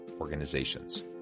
Organizations